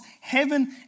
heaven